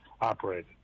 operated